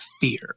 fear